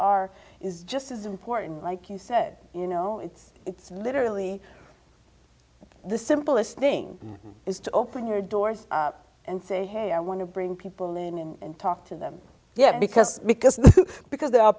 are is just as important like you said you know it's it's literally the simplest thing is to open your doors and say hey i want to bring people in and talk to them yet because because because there are